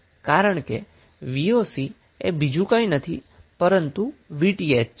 કારણ કે આ voc એ બીજુ કંઈ નથી પરંતુ Vth છે